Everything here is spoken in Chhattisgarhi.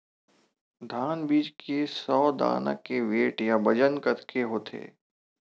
धान बीज के सौ दाना के वेट या बजन कतके होथे?